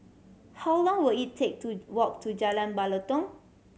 how long will it take to walk to Jalan Batalong